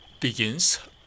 begins